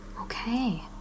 okay